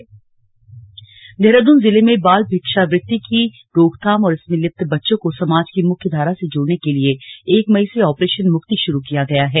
slug बाल भिक्षावृत्ति देहरादून जिले में बाल भिक्षावृत्ति की रोकथाम और इसमें लिप्त बच्चों को समाज की मुख्यधारा से जोड़ने के लिए एक मई से ऑपरेशन मुक्ति शुरू किया गया है